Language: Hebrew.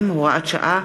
הורוביץ,